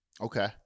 Okay